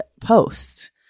posts